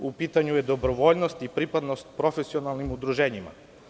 U pitanju je dobrovoljnost i pripadnost profesionalnim udruženjima.